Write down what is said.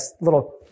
little